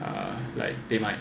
uh like they might